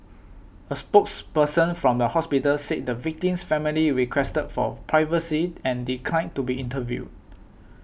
a spokesperson from the hospital said the victim's family requested for privacy and declined to be interviewed